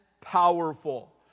powerful